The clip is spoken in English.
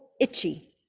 itchy